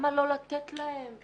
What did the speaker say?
למה לא לתת להם?